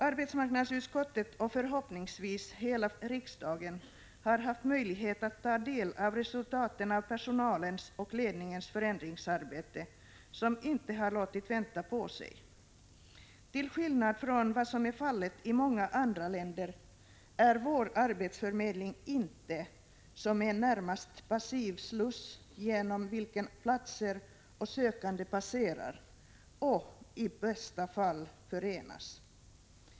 Arbetsmarknadsutskottet, och förhoppningsvis hela riksdagen, har haft möjlighet att ta del av resultaten av personalens och ledningens förändringsarbete, som inte har låtit vänta på sig. Till skillnad från vad som är fallet i många andra länder är vår arbetsförmedling inte som en närmast passiv sluss genom vilken platser och sökande passerar och i bästa fall förenas.